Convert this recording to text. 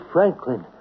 Franklin